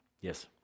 Yes